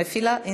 אני מפעילה.